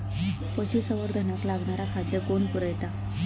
पशुसंवर्धनाक लागणारा खादय कोण पुरयता?